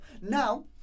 Now